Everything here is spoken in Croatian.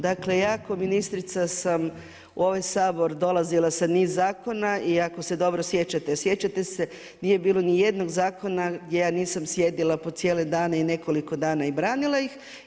Dakle, ja kao ministrica sam u ovaj Sabor dolazila sa niz zakona i ako se dobro sjećate a sjećate se nije bilo ni jednog zakona gdje ja nisam sjedila po cijele dane i nekoliko dana i branila ih.